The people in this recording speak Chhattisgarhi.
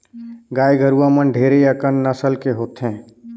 गाय गरुवा मन ढेरे अकन नसल के होथे